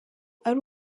ari